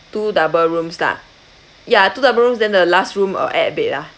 two double rooms lah ya two double rooms then the last room uh add a bed lah